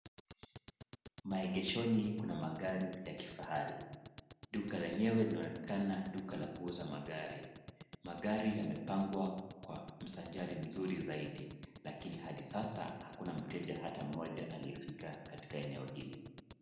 Maegeshoni kuna magari ya kifahari. Duka lenyewe linaonekana duka la kuuza magari. Magari yamepangwa kwa msanjari mzuri zaidi lakini hadi sasa hakuna mteja hata moja aliyefika katika eneo hili.